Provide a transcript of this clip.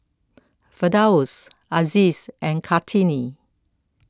Firdaus Aziz and Kartini